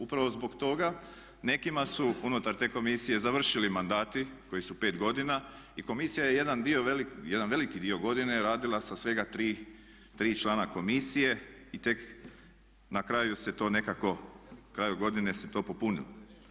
Upravo zbog toga nekima su unutar te komisije završili mandati koji su pet godina i komisija je jedan veliki dio godine radila sa svega tri člana komisije i tek na kraju se to nekako, na kraju godine se to popunilo.